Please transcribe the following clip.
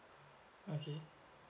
okay